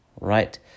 right